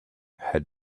had